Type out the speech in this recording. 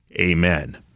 Amen